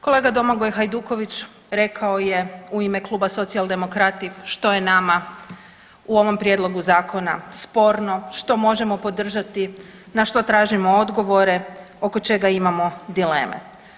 Kolega Domagoj Hajduković rekao je u ime Kluba Socijaldemokrati što je nama u ovom prijedlogu zakona sporno, što možemo podržati, na što tražimo odgovore, oko čega imamo dileme.